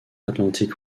atlantic